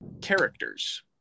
characters